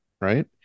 right